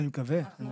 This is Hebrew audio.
אני מקווה.